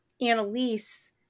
Annalise